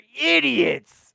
idiots